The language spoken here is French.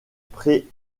pré